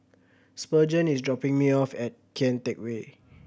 Spurgeon is dropping me off at Kian Teck Way